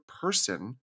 person